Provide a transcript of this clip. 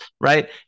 right